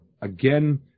again